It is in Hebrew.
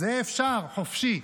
זה אפשר חופשי.